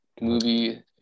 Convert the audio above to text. movie